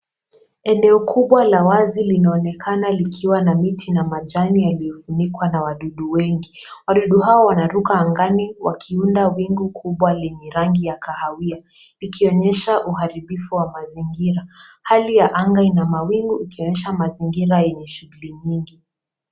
Eneo kubwa la wazi linaonekana likiwa na miti na majani yaliyofunikwa na wadudu wengi. Wadudu hao wanaruka angani wakiunda wingu kubwa lenye rangi ya kahawia likionyesha uharibifu wa mazingira. Hali ya anga ina mawingu ikionyesha mazingira yenye shughuli nyingi.